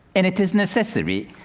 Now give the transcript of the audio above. and it is necessary,